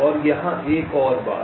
और यहाँ एक और बात